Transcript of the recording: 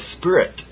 spirit